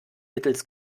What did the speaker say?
mittels